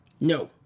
No